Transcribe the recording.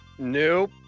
Nope